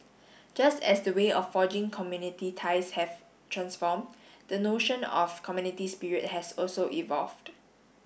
just as the way of forging community ties have transformed the notion of community spirit has also evolved